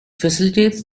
facilitates